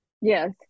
Yes